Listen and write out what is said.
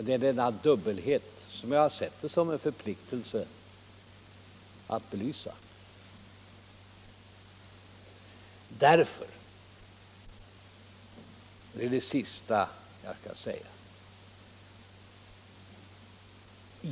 Det är denna dubbelhet som jag har sett det som en förpliktelse att belysa.